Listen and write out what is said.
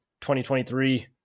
2023